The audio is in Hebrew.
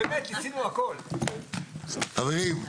חברים,